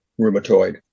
rheumatoid